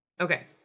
Okay